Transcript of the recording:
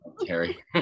Terry